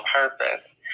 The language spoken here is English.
purpose